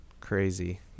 crazy